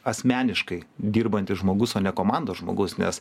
asmeniškai dirbantis žmogus o ne komandos žmogus nes